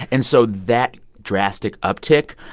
and so that drastic uptick,